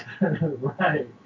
Right